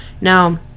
Now